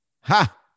ha